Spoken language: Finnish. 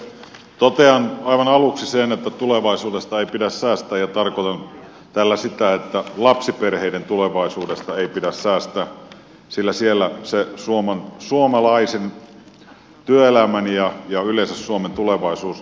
totean aivan aluksi sen että tulevaisuudesta ei pidä säästää ja tarkoitan tällä sitä että lapsiperheiden tulevaisuudesta ei pidä säästää sillä siellä se suomalaisen työelämän ja yleensä suomen tulevaisuus on